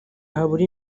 habura